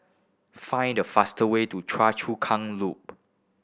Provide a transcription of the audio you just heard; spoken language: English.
find the fastest way to Chua Chu Kang Loop